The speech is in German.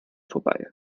vorbei